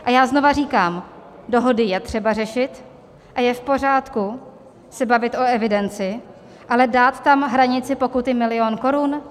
A já znova říkám, dohody je třeba řešit a je v pořádku se bavit o evidenci, ale dát tam hranici pokuty milion korun?